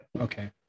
okay